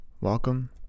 welcome